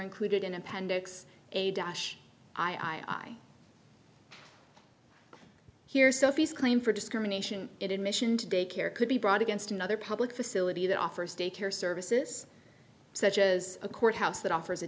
included in appendix a dash i i hear sophie's claim for discrimination in admission to daycare could be brought against another public facility that offers daycare services such as a court house that offers a